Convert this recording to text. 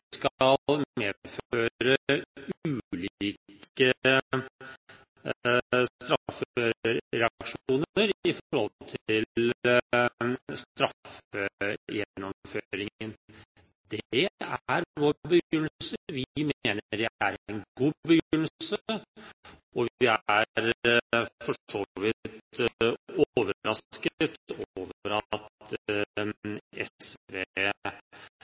skal medføre ulike straffereaksjoner i forhold til straffegjennomføringen. Det er vår begrunnelse. Vi mener det er en god begrunnelse, og vi er for så vidt overrasket over